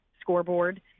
scoreboard